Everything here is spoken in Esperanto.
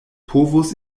povus